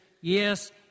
yes